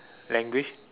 language